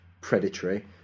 predatory